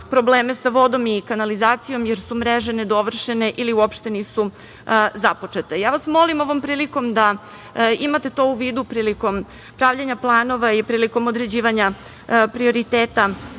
sa vodom i kanalizacijom, jer su mreže nedovršene ili uopšte nisu započete. Molim vas ovom prilikom da imate to u vidu, prilikom pravljenja planova i prilikom određivanja prioriteta